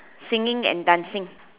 singing and dancing